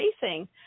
facing